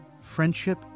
friendship